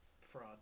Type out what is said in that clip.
Fraud